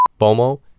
FOMO